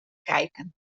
kijken